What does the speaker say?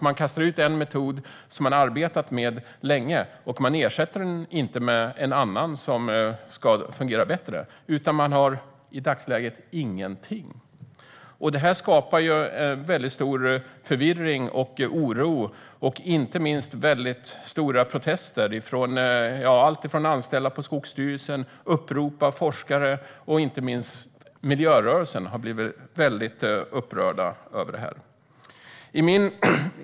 Man kastar ut en metod som man har arbetat med länge och ersätter den inte med en annan som ska fungera bättre, utan man har i dagsläget ingenting. Det här skapar stor förvirring och oro och alltifrån mycket stora protester från anställda på Skogsstyrelsen till upprop av forskare, och inte minst miljörörelsen har blivit upprörd av det här.